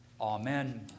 Amen